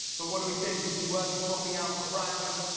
but what do we think, is he worthy swapping out for brandon,